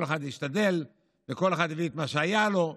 כל אחד השתדל וכל אחד הביא את מה שהיה לו.